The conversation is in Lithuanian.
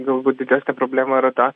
galbūt didesnė problema yra ta